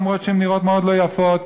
אף שהן נראות מאוד לא יפות,